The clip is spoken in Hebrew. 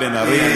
מירב בן ארי.